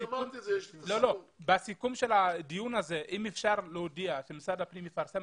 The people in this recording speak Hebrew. אם בסיכום תוכל לקבוע שמשרד הפנים יפרסם